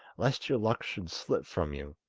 lest your luck should slip from you!